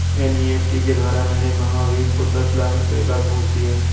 NEFT के द्वारा मैंने महावीर को दस लाख रुपए का घूंस दिया